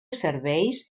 serveis